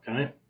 Okay